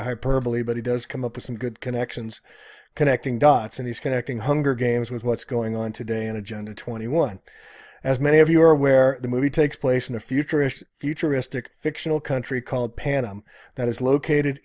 of hyperbole but he does come up with some good connections connecting dots and he's connecting hunger games with what's going on today in agenda twenty one as many of you are aware the movie takes place in a futuristic futuristic fictional country called pan am that is located